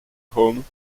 home